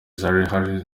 zari